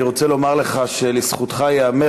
אני רוצה לומר לך שלזכותך ייאמר,